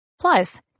plus